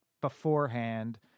beforehand